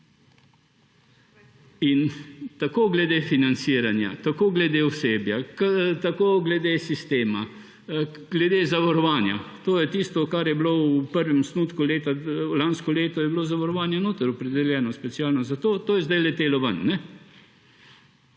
In tako glede financiranja, tako glede osebja, tako glede sistema, glede zavarovanja. To je tisto, kar je bilo v prvem osnutku lansko leto, je bilo zavarovanje notri opredeljeno specialno. Zato je to zdaj letelo ven.